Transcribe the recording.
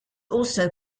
also